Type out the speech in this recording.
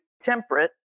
temperate